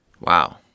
Wow